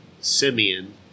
Simeon